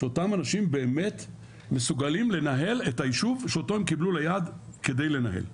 שאותם אנשים באמת מסוגלים לנהל את היישוב שאותו הם קיבלו ליד כדי לנהל,